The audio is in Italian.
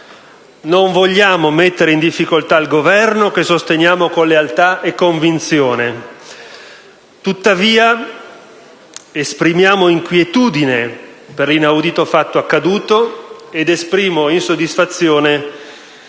Non vogliamo mettere in difficoltà il Governo, che sosteniamo con lealtà e convinzione; tuttavia esprimiamo inquietudine per l'inaudito fatto accaduto, ed esprimo insoddisfazione